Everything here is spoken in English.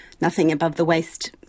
nothing-above-the-waist